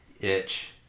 itch